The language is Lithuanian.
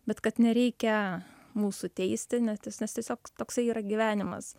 bet kad nereikia mūsų teisti nes tis nes tiesiog toksai yra gyvenimas